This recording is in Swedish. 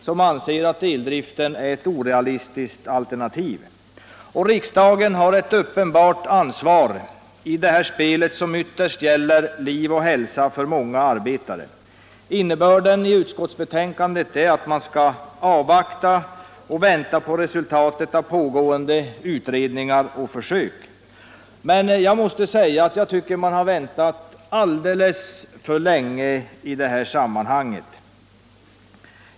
som anser att eldriften är ett orealistiskt alternativ. Riksdagen har ett uppenbart ansvar i detta spel, som vterst gäller liv och hälsa för många arbetare. Innebörden i utskottsbetänkandet är att man skall avvakta resultatet av pågående utredningar och försök. Men jag tycker att man har väntat alldeles för länge i detta sammanhang.